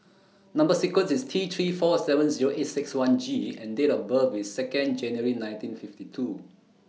Number sequence IS T three four seven Zero eight six one G and Date of birth IS Second January nineteen fifty two